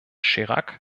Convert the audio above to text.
chirac